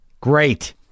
great